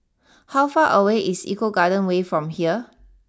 how far away is Eco Garden way from here